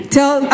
Tell